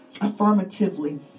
affirmatively